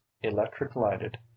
electric-lighted